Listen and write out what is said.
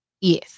Yes